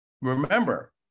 remember